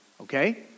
Okay